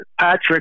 Patrick